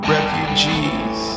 Refugees